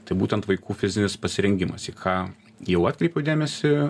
tai būtent vaikų fizinis pasirengimas į ką jau atkreipiau dėmesį